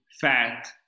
fat